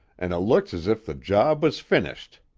and it looks as if the job was finished.